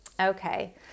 Okay